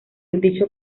dicho